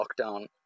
lockdown